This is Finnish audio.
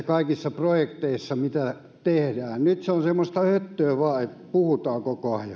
kaikissa projekteissa mitä tehdään nyt se on semmoista höttöä vain että puhutaan koko ajan